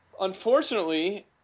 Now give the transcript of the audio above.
Unfortunately